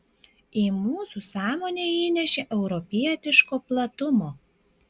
į mūsų sąmonę įnešė europietiško platumo